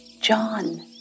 John